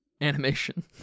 animation